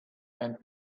and